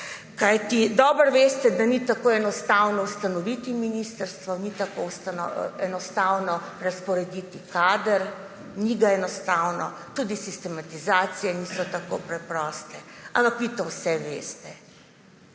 Kajti dobro veste, da ni tako enostavno ustanoviti ministrstva, ni tako enostavno razporediti kadra, ni ga enostavno, tudi sistematizacije niso tako preproste. Ampak vi to vse veste.